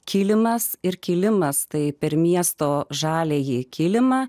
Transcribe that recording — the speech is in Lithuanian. kilimas ir kėlimas tai per miesto žaliąjį kilimą